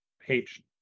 page